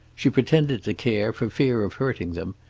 she pretended to care for fear of hurting them,